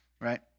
right